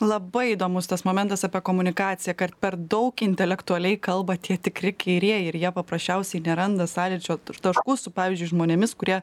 labai įdomus tas momentas apie komunikaciją kad per daug intelektualiai kalba tie tikri kairieji ir jie paprasčiausiai neranda sąlyčio taškų su pavyzdžiui žmonėmis kurie